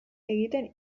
egiten